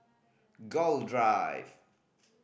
Gul Drive